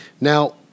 Now